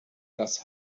das